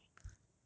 !wah!